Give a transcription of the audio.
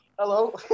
Hello